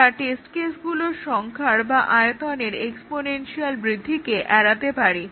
আমরা টেস্ট কেসগুলির সংখ্যা বা আয়তনের এক্সপোনেনশিয়াল বৃদ্ধিকে এড়াতে পারি